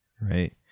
Right